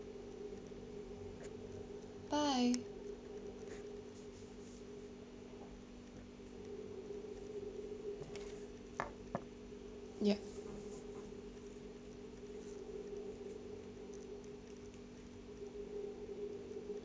bye yup